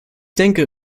denke